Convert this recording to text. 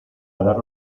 dar